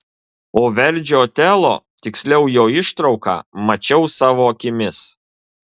o verdžio otelo tiksliau jo ištrauką mačiau savo akimis